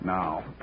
Now